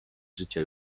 życia